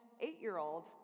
eight-year-old